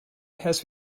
has